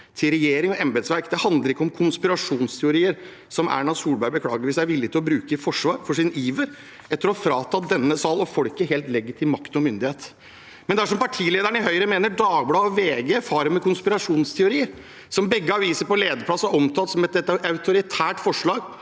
til regjering og embetsverk. Det handler ikke om konspirasjonsteorier, som Erna Solberg beklageligvis er villig til å bruke i forsvaret for sin iver etter å frata denne salen og folket helt legitim makt og myndighet. Jeg er svært overrasket dersom partilederen i Høyre mener at VG og Dagbladet farer med konspirasjonsteorier, da begge aviser på lederplass har omtalt dette som et autoritært forslag